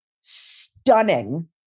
stunning